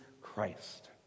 christ